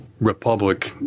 republic